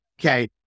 Okay